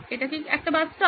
এটা কি একটা বাস স্টপ